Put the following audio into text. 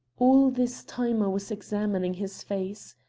all this time i was examining his face.